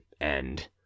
And